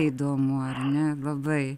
įdomu ar ne labai